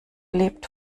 lebt